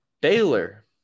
Baylor